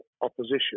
opposition